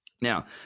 Now